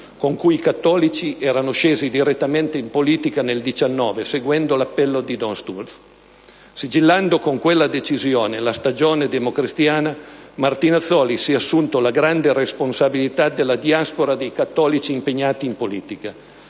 con cui i cattolici erano scesi direttamente in politica, nel 1919, seguendo l'appello di don Luigi Sturzo. Sigillando con quella decisione la stagione democristiana, Martinazzoli si è assunto la grande responsabilità della diaspora dei cattolici impegnati in politica.